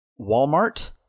Walmart